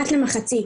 אחת למחצית,